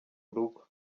urugo